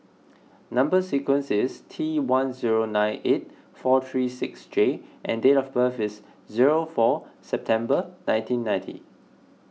Number Sequence is T one zero nine eight four three six J and date of birth is zero four September nineteen ninty